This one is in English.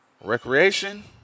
recreation